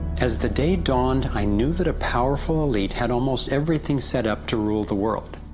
as the day dawned, i knew that a powerful elite had almost everything set up to rule the world,